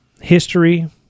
history